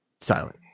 silent